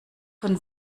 von